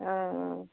অঁ অঁ